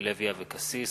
אורלי לוי אבקסיס,